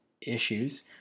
issues